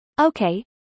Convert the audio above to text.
Okay